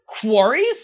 quarries